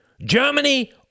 Germany